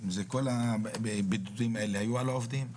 כל הבידודים האלה היו על העובדים.